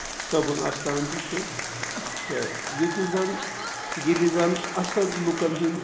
صٲبُن اَستان تہِ چھُ تہٕ ییٚتہِ زَن ییٚتہِ زَن اَکثر لُکن ہُند